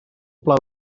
pla